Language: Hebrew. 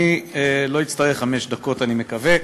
אני לא אצטרך חמש דקות, אני מקווה.